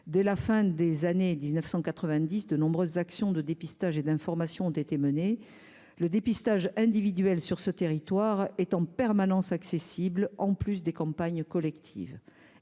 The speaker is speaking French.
dès la fin des années 1990 de nombreuses actions de dépistage et d'information ont été menées le dépistage individuel sur ce territoire est en permanence accessible, en plus des campagnes collectives